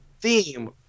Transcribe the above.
theme